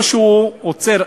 לא שהוא עוצר,